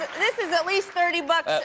this is at least thirty but